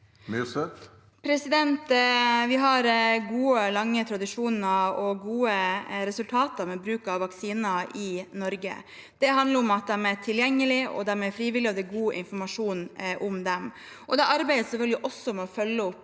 Vi har gode og lange tradisjoner og gode resultater med bruk av vaksiner i Norge. Det handler om at de er tilgjengelige, at de er frivillige, og at det er god informasjon om dem. Det arbeides selvfølgelig også med å følge opp